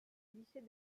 lycée